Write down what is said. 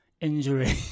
injury